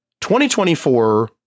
2024